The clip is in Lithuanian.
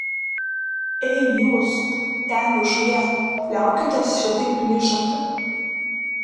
ei jūs ten viršuje liaukitės šitaip plyšoti